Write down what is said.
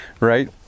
right